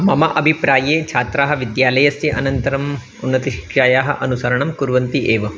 मम अभिप्राये छात्राः विद्यालयस्य अनन्तरम् उन्नतशिक्षायाः अनुसरणं कुर्वन्ति एव